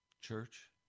church